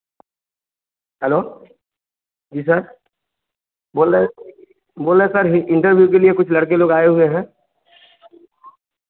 hello जी sir बोल रहें सर इंटरव्यू के लिए कुछ लड़के लोग आए हुए हैं